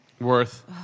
Worth